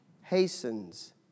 hastens